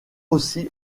aussi